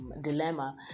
Dilemma